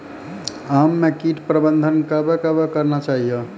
आम मे कीट प्रबंधन कबे कबे करना चाहिए?